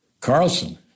Carlson